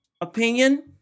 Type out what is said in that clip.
opinion